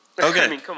Okay